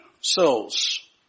souls